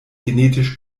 genetisch